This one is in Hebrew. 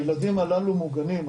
הילדים הללו מוגנים,